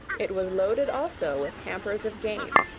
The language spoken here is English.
it was loaded also with hampers of game,